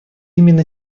именно